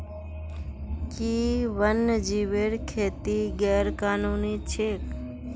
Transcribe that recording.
कि वन्यजीवेर खेती गैर कानूनी छेक?